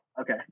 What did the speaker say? okay